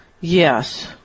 Yes